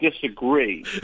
disagree